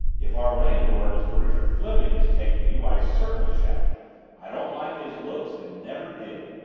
if our landlord, mr. richard fleming, is taking you i certainly shall i don't like his looks and never did!